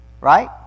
Right